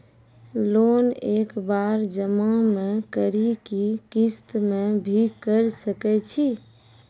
Loan एक बार जमा म करि कि किस्त मे भी करऽ सके छि?